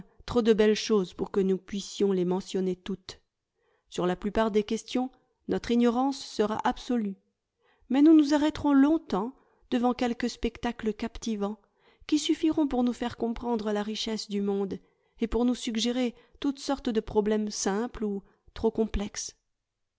trop de belles choses pour que nous puissions les mentionner toutes sur la plupart des questions notre ignorance sera absolue mais nous nous arrêterons longtemps devant quelques spectacles captivants qui suffiront pour nous faire comprendre la richesse du monde et pour nous suggérer toutes sortes de problèmes simples ou trop complexes